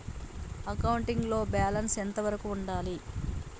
Accounting లో balance ఎంత వరకు ఉండాలి?